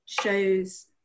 shows